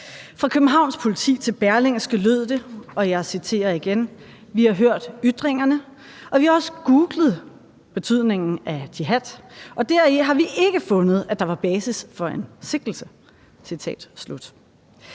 Fra Københavns Politi til Berlingske lød det, og jeg citerer igen: »Vi har hørt ytringerne, og vi har også googlet betydningen af jihad, og deri har vi ikke fundet, at der var basis for en sigtelse.«